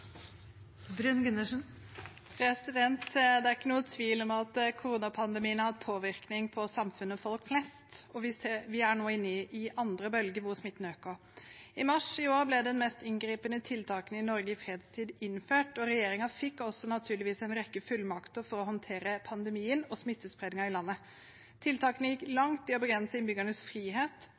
koronakommisjonens konklusjoner. Det er ikke noen tvil om at koronapandemien har hatt påvirkning på samfunnet og folk flest, og vi er nå inne i andre bølge hvor smitten øker. I mars i år ble de mest inngripende tiltakene i Norge i fredstid innført, og regjeringen fikk naturligvis også en rekke fullmakter for å håndtere pandemien og smittespredningen i landet. Tiltakene gikk langt i å begrense innbyggernes frihet,